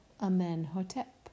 Amenhotep